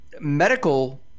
medical